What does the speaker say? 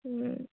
ও